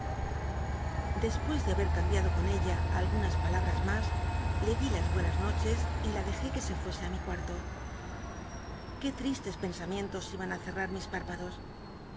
despues de habet cambiado con ella algunas palabras mas le di las buenas noches y la dejé que se fuese ü mi cuarto qu í ttistcs pensamientos iban ü cerrar mis